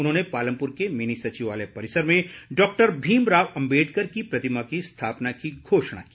उन्होंने पालमपुर के मिनी सचिवालय परिसर में डॉक्टर भीमराव अम्बेडकर की प्रतिमा की स्थापना की घोषणा की